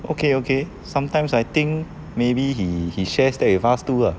okay okay sometimes I think maybe he he shares that with us too lah